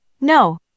No